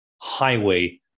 highway